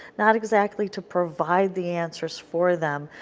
not exactly to provide the answers for them,